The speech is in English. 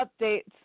updates